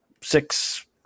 six